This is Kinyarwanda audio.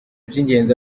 by’ingenzi